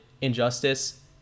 injustice